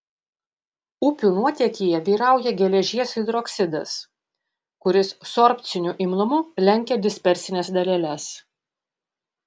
upių nuotėkyje vyrauja geležies hidroksidas kuris sorbciniu imlumu lenkia dispersines daleles